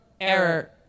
Error